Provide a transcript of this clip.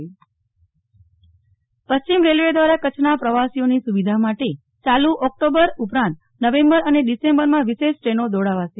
નેહલ ઠક્કર વિશેષ ટ્રેનો પશ્ચિમ રેલ્વે દ્વારા કચ્છના પ્રવાસીઓની સુવિધા માટે ચાલુ ઓક્ટોબર ઉપરાંત નવેમ્બર અને ડિસેમ્બરમાં વિશેષ ટ્રેનો દોડાવાશે